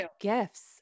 gifts